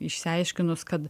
išsiaiškinus kad